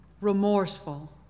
remorseful